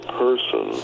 person